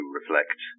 reflect